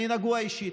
אני רגוע אישית.